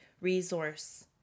resource